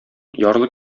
ярлы